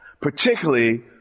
particularly